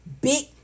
big